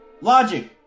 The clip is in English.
Logic